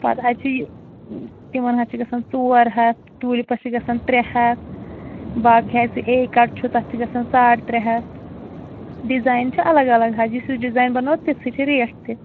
پَتہٕ حظ چھِ تِمَن حظ چھِ گژھان ژور ہَتھ ٹوٗلِپَس چھِ گژھان ترٛےٚ ہَتھ باقٕے حظ چھِ اے کَٹ چھُ تَتھ چھُ گژھان ساڑ ترٛےٚ ہَتھ ڈِزایِن چھِ الگ الگ حظ یُس یُس ڈِزایِن بَناوَو تِژھٕے چھِ ریٹ تہِ